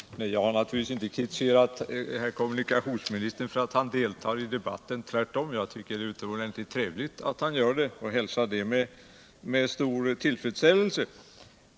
Herr talman! Jag har naturligtvis inte kritiserat kommunikationsministern för att han deltar i debatten. Tvärtom tycker jag det är utomordentligt trevligt att han gör det, och jag hälsar det med stor tillfredsställelse.